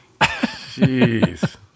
jeez